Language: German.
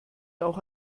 auch